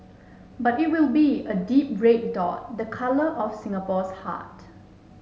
but it will be a deep red dot the colour of Singapore's heart